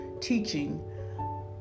teaching